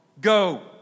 Go